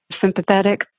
sympathetic